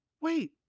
wait